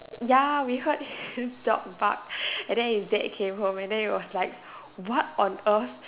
ya we heard his dog bark and then his dad came home and then he was like what on earth